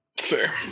Fair